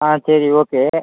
ஆ சரி ஓகே